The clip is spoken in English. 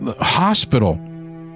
Hospital